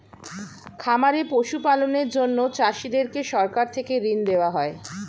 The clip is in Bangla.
খামারে পশু পালনের জন্য চাষীদেরকে সরকার থেকে ঋণ দেওয়া হয়